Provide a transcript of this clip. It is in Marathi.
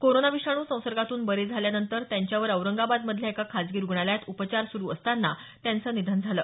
कोरोना विषाणू संसर्गातून बरे झाल्यानंतर त्यांच्यावर औरंगाबादमधल्या एका खासगी रुग्णालयात उपचार सुरू असताना त्यांचं निधन झालं